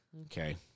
okay